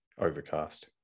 overcast